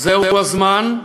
זה הזמן,